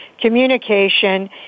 communication